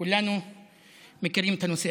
כולנו מכירים את הנושא,